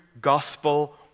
gospel